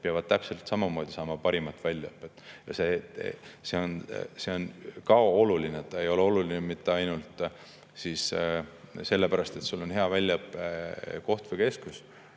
peavad täpselt samamoodi saama parimat väljaõpet. See on ka oluline. Oluline ei ole mitte ainult see, et oleks hea väljaõppekoht või ‑keskus.